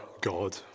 God